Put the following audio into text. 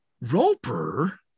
Roper